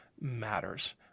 matters